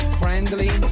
friendly